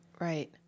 Right